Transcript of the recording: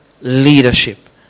leadership